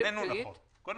אז בשביל